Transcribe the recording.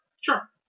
Sure